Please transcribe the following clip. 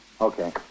okay